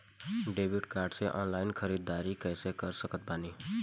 Debit card से online ख़रीदारी कैसे कर सकत बानी?